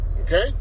Okay